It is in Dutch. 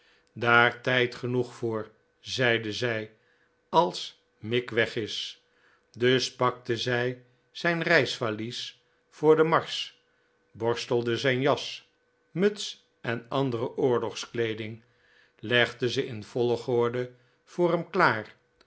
daar tijd genoeg voor zeide zij als mick weg is dus pakte zij zijn reisvalies voor den marsch borstelde zijn jas muts en andere oorlogskleeding legde ze in volgorde voor hem klaar